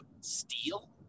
steal